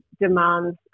demands